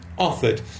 offered